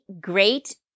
great